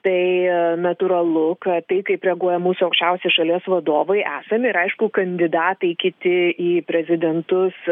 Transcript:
tai natūralu kad taip kaip reaguoja mūsų aukščiausi šalies vadovai esami ir aišku kandidatai kiti į prezidentus